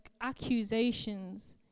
accusations